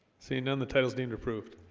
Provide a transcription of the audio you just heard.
seeing none the titles deemed approved